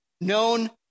known